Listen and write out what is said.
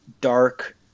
dark